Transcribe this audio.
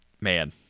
man